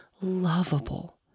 lovable